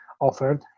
offered